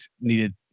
needed